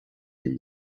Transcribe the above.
dem